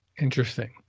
Interesting